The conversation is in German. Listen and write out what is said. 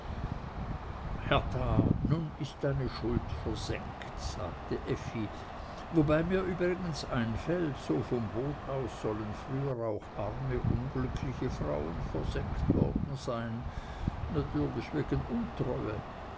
hertha nun ist deine schuld versenkt sagte effi wobei mir übrigens einfällt so vom boot aus sollen früher auch arme unglückliche frauen versenkt worden sein natürlich wegen untreue